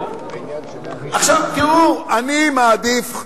עכשיו, תראו, אני מעדיף,